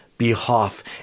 behalf